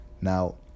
Now